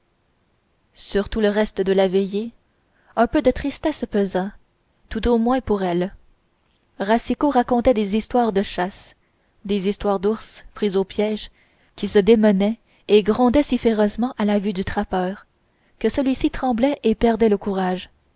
tout le reste de la veillée un peu de tristesse pesa tout au moins pour elle racicot racontait des histoires de chasse des histoires d'ours pris au piège qui se démenaient et grondaient si férocement à la vue du trappeur que celui-ci tremblait et perdait le courage